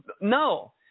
No